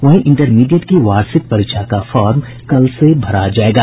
वहीं इंटरमीडिएट की वार्षिक परीक्षा का फार्म कल से भरा जायेगा